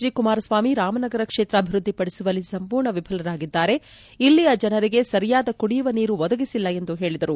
D Kumaraswamy Ramanagara ಕ್ಷೇತ್ರ ಅಭಿವೃದ್ದಿ ಪಡಿಸುವಲ್ಲಿ ಸಂಪೂರ್ಣ ವಿಫಲರಾಗಿದ್ದಾರೆ ಇಲ್ಲಿಯ ಜನರಿಗೆ ಸರಿಯಾದ ಕುಡಿಯುವ ನೀರು ಒದಗಿಸಿಲ್ಲ ಎಂದು ಹೇಳಿದರು